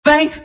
Bang